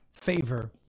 favor